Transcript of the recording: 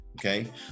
Okay